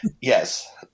yes